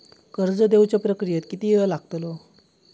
कर्ज देवच्या प्रक्रियेत किती येळ लागतलो?